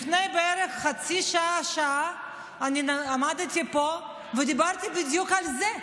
לפני בערך חצי שעה-שעה אני עמדתי פה ודיברתי בדיוק על זה,